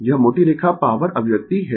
यह मोटी रेखा पॉवर अभिव्यक्ति है